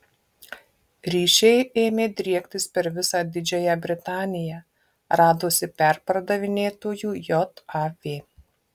ryšiai ėmė driektis per visą didžiąją britaniją radosi perpardavinėtojų jav